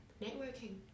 networking